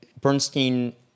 Bernstein